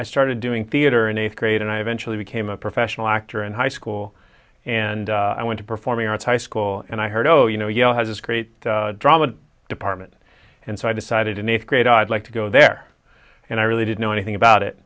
i started doing theater in eighth grade and i eventually became a professional actor in high school and i went to performing arts high school and i heard oh you know you know has this great drama department and so i decided in eighth grade i'd like to go there and i really didn't know anything about it